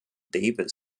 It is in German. davis